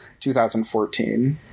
2014